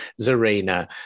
Zarina